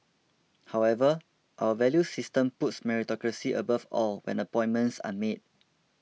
however our value system puts meritocracy above all when appointments are made